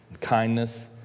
kindness